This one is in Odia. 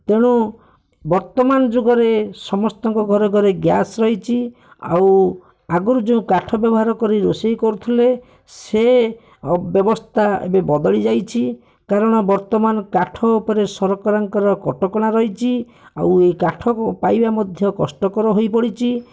ତେଣୁ ବର୍ତ୍ତମାନ ଯୁଗରେ ସମସ୍ତଙ୍କ ଘରେ ଘରେ ଗ୍ୟାସ୍ ରହିଛି ଆଉ ଆଗୁରୁ ଯେଉଁ କାଠ ବ୍ୟବହାର କରି ରୋଷେଇ କରୁଥିଲେ ସେ ବ୍ୟବସ୍ଥା ଏବେ ବଦଳିଯାଇଛି କାରଣ ବର୍ତ୍ତମାନ କାଠ ଉପରେ ସରକାରଙ୍କର କଟକଣା ରହିଛି ଆଉ ଏଇ କାଠକୁ ପାଇବା ମଧ୍ୟ କଷ୍ଟକର ହୋଇପଡ଼ିଛି